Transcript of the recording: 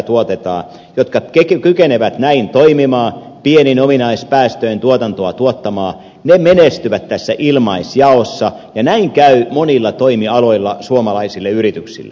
ne jotka kykenevät näin toimimaan pienin ominaispäästöin tuotantoa tuottamaan menestyvät tässä ilmaisjaossa ja näin käy monilla toimialoilla suomalaisille yrityksille